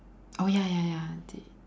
oh ya ya ya